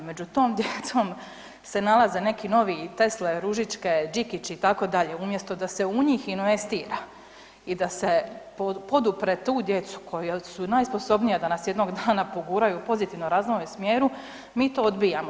Među tom djecom se nalaze neki novi Tesle, Ružičke, Đikići, itd., umjesto da se u njih investira i da se podupre tu djecu koja su najsposobnija, da nas jednog dana poguraju u pozitivnom razvojnom smjeru, mi to odbijamo.